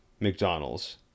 McDonald's